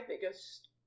biggest